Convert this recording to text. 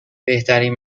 بهترین